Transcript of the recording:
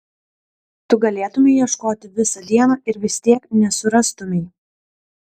tu galėtumei ieškot visą dieną ir vis tiek nesurastumei